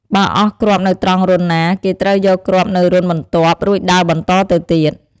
បើអស់គ្រាប់នៅត្រង់រន្ធណា គេត្រូវយកគ្រាប់នៅរន្ធបន្ទាប់ រួចដើរបន្តទៅទៀត។